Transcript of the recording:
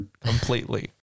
completely